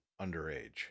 underage